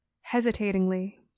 hesitatingly